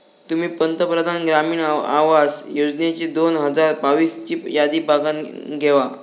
तुम्ही पंतप्रधान ग्रामीण आवास योजनेची दोन हजार बावीस ची यादी बघानं घेवा